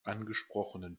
angesprochenen